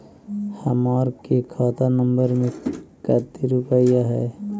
हमार के खाता नंबर में कते रूपैया है?